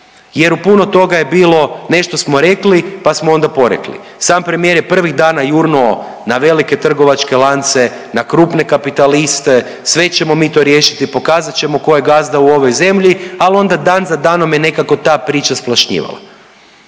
jer u puno toga je bilo nešto smo rekli pa smo onda porekli. Sam premijer je prvih dana jurnuo na velike trgovačke lance, na krupne kapitaliste, sve ćemo mi to riješiti, pokazat ćemo ko je gazda u ovoj zemlji, al onda dan za danom je nekako ta priča splašnjivala.